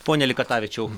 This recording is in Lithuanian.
pone likatavičiau